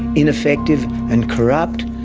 ineffective and corrupt,